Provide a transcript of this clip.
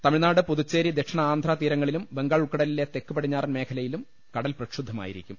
തമിഴ്നാട് പുതുച്ചേരി ദക്ഷിണ ആന്ധ്ര തീരങ്ങളിലും ബംഗാൾ ഉൾക്കടലിലെ തെക്ക് പടിഞ്ഞാറൻ മേഖലയിലും കടൽ പ്രക്ഷു ബ്ധമായിരിക്കും